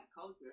culture